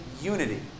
unity